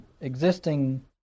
existing